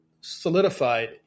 solidified